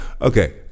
Okay